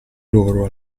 loro